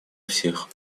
всех